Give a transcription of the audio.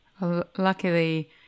Luckily